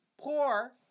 poor